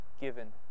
given